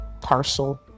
Parcel